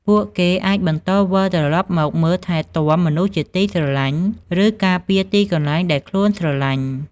ពួកគេអាចបន្តវិលត្រឡប់មកមើលថែទាំមនុស្សជាទីស្រឡាញ់ ឬការពារទីកន្លែងដែលខ្លួនស្រឡាញ់។